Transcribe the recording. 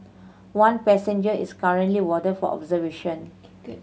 one passenger is currently warded for observation